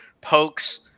pokes